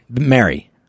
mary